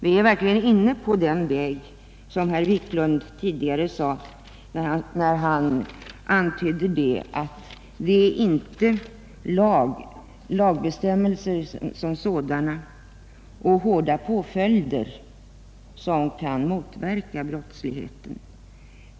Vi är verkligen inne på den väg som herr Wiklund tidigare antydde, när han sade att det inte är lagbestämmelser som sådana och hårda påföljder som kan motverka brottsligheten.